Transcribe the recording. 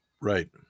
right